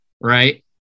Right